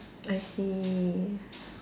I see